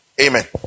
amen